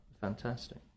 Fantastic